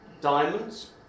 diamonds